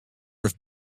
have